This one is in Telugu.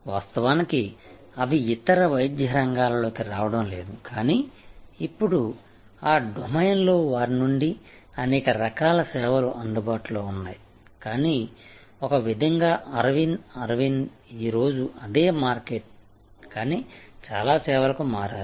వాస్తవానికి అవి ఇతర వైద్య రంగాలలోకి రావడం లేదు కానీ ఇప్పుడు ఆ డొమైన్లో వారి నుండి అనేక రకాల సేవలు అందుబాటులో ఉన్నాయి కానీ ఒక విధంగా అరవింద్ అరవింద్ ఈ రోజు అదే మార్కెట్ కానీ చాలా సేవలకు మారారు